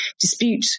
dispute